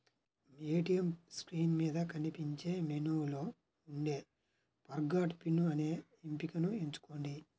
ATM screen మీద కనిపించే మెనూలో ఉండే ఫర్గాట్ పిన్ అనే ఎంపికను ఎంచుకోండి